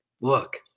Look